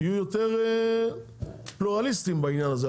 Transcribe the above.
תהיו יותר פלורליסטים בעניין הזה,